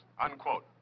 Unquote